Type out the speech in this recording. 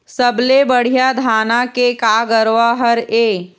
सबले बढ़िया धाना के का गरवा हर ये?